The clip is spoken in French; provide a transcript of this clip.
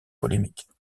polémiques